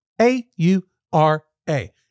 A-U-R-A